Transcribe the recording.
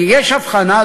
כי יש הבחנה,